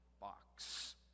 box